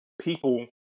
people